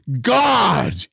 God